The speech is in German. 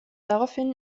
daraufhin